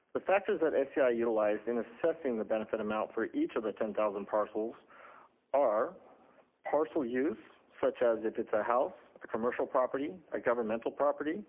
the factors that sci utilized in assessing the benefit amount for each of the ten thousand parcels are parcel use, such as if it's a house, commercial property, a governmental property,